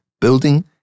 building